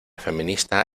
feminista